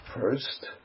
First